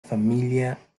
familia